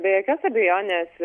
be jokios abejonės